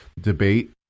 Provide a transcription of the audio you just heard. debate